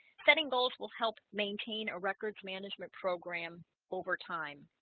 setting goals will help maintain a records management program over time